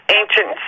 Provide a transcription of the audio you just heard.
ancient